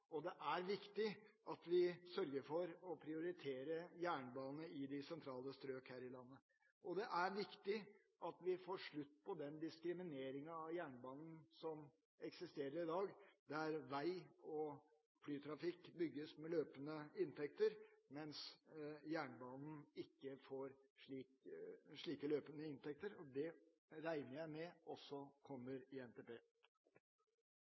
jernbane. Det er viktig at vi sørger for å prioritere jernbane i de sentrale strøk her i landet. Og det er viktig at vi får slutt på den diskrimineringen av jernbanen som eksisterer i dag, der vei- og flytrafikk bygges med løpende inntekter, mens jernbanen ikke får slike løpende inntekter. Det regner jeg med